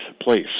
place